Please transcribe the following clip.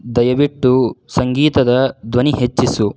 ದಯವಿಟ್ಟು ಸಂಗೀತದ ಧ್ವನಿ ಹೆಚ್ಚಿಸು